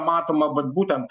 matoma vat būtent